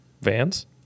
Vans